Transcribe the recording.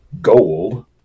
gold